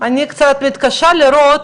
אני קצת מתקשה לראות